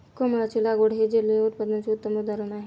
कमळाची लागवड हे जलिय उत्पादनाचे उत्तम उदाहरण आहे